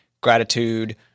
gratitude